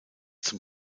zum